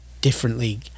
differently